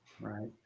right